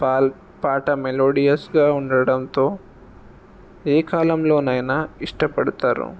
Paul పాట మెలోడియస్గా ఉండడంతో ఏ కాలంలోనైనా ఇష్టపడతారు